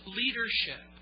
leadership